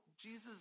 Jesus